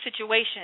situation